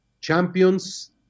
champions